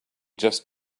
just